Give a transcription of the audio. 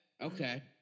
Okay